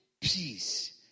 Peace